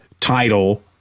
title